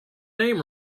name